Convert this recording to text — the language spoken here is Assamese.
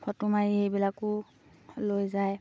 ফটো মাৰি সেইবিলাকো লৈ যায়